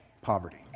poverty